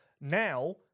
Now